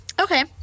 Okay